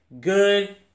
good